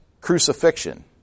crucifixion